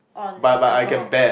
on alcohol